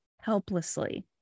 helplessly